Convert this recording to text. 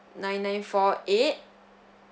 nine nine four eight